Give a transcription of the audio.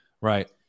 Right